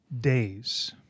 days